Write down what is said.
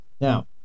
Now